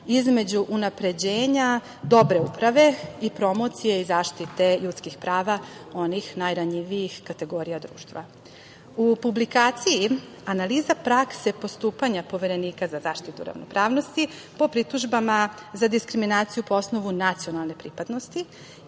između unapređenja dobre uprave i promocije i zaštite ljudskih prava onih najranjivijih kategorija društva.U publikaciji - Analiza prakse postupanja Poverenika za zaštitu ravnopravnosti po pritužbama za diskriminaciju po osnovu nacionalne pripadnosti